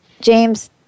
James